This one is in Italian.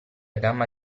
gamma